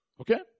Okay